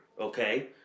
okay